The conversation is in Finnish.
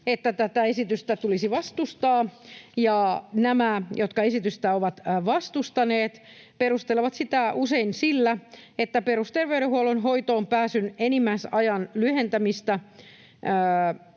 että tätä esitystä tulisi vastustaa, ja nämä, jotka esitystä ovat vastustaneet, perustelevat sitä usein sillä, että perusterveydenhuollon hoitoonpääsyn enimmäisajan lyhentämistä